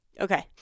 Okay